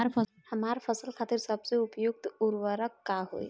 हमार फसल खातिर सबसे उपयुक्त उर्वरक का होई?